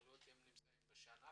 יכול להיות הם נמצאים שנה,